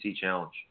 challenge